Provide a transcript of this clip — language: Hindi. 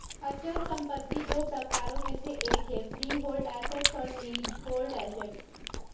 अचल संपत्ति दो प्रकारों में से एक है फ्रीहोल्ड एसेट्स और लीजहोल्ड एसेट्स